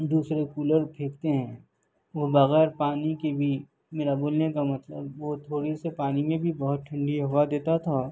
دوسرے کولر پھینکتے ہیں وہ بغیر پانی کے بھی میرا بولنے کا مطلب وہ تھوڑے سے پانی میں بھی بہت ٹھنڈی ہوا دیتا تھا